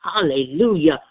Hallelujah